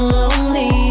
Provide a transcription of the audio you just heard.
lonely